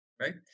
right